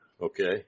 Okay